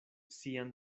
sian